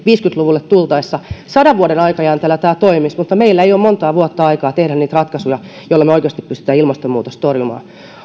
viisikymmentä luvulle tultaessa sadan vuoden aikajänteellä tämä toimisi mutta meillä ei ole montaa vuotta aikaa tehdä niitä ratkaisuja joilla me oikeasti pystymme ilmastonmuutosta torjumaan